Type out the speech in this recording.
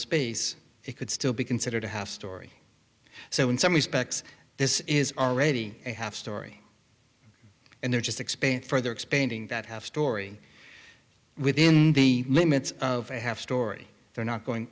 space it could still be considered a house story so in some respects this is already a half story and they're just expand further expanding that have story within the limits of a half story they're not going